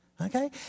Okay